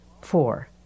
Four